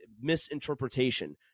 misinterpretation